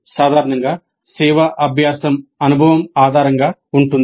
సాధారణంగా సేవా అభ్యాసం అనుభవం ఆధారంగా ఉంటుంది